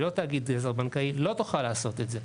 שהיא לא תאגיד עזר בנקאי לא תוכל לעשות את זה,